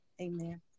Amen